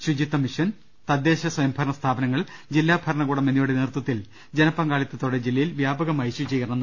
ശുചിത്വമിഷൻ തദ്ദേശ സ്വയംഭരണ സ്ഥാപനങ്ങൾ ജില്ലാ ഭരണകൂടം എന്നിവയുടെ നേതൃത്വത്തിൽ ജനപങ്കാളിത്തോടെ ജില്ലയിൽ വ്യാപകമായി ശുചീകരണം നടത്തി